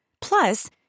Plus